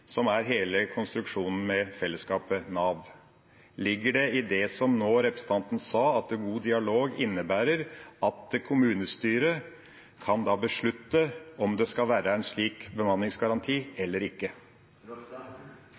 som er hele konstruksjonen i fellesskapet Nav. Ligger det i det representanten nå sa, at god dialog innebærer at kommunestyret kan beslutte om det skal være en slik bemanningsgaranti eller